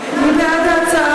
מי בעד?